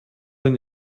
denn